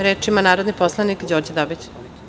Reč ima narodni poslanik Đorđe Dabić.